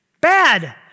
Bad